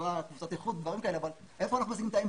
הצבא ולומר קבוצת איכות - היכן אנחנו שמים את האימפקט.